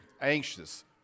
anxious